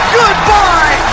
goodbye